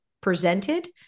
presented